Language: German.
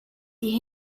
die